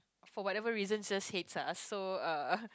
for whatever reasons just hates us so uh